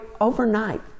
overnight